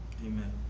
Amen